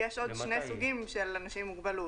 יש עוד שני סוגים של אנשים עם מוגבלות.